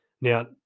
Now